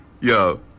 yo